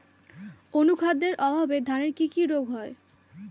অনুখাদ্যের অভাবে ধানের কি কি রোগ হয়?